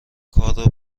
کارو